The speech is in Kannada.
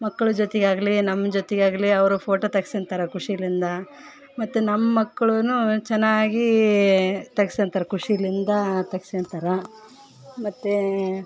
ಮಕ್ಕಳ ಜೊತೆಗಾಗಲಿ ನಮ್ಮ ಜೊತೆಗಾಗಲಿ ಅವರು ಫೋಟೋ ತೆಗೆಸ್ಕೊಂತರ ಅವರು ಖುಷಿಲಿಂದ ಮತ್ತು ನಮ್ಮ ಮಕ್ಳು ಚೆನ್ನಾಗಿ ತೆಗೆಸ್ಕೊಂತರ ಖುಷಿಲಿಂದ ತೆಗೆಸ್ಕೊಂತರ ಮತ್ತು